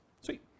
Sweet